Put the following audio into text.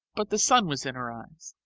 but the sun was in her eyes.